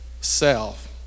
self